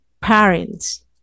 parents